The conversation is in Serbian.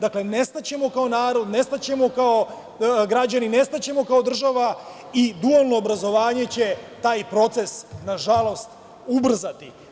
Dakle, nestaćemo kao narod, nestaćemo kao građani, nestaćemo kao država i dualno obrazovanje će taj proces nažalost ubrzati.